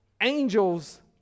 angels